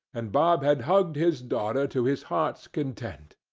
and bob had hugged his daughter to his heart's content.